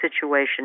situation